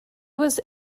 was